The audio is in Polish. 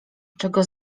czego